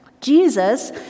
Jesus